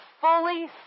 fully